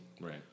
Right